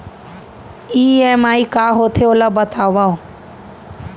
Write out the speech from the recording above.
EMI का होथे, ओला बतावव